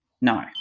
No